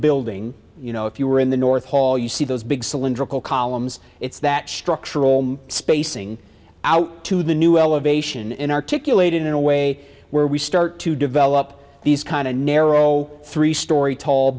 building you know if you were in the north hall you see those big cylindrical columns it's that structural spacing out to the new elevation in articulate in a way where we start to develop these kind of narrow three story tall